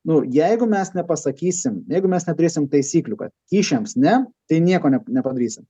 nu jeigu mes nepasakysim jeigu mes neturėsim taisyklių kad kyšiams ne tai nieko ne nepadarysim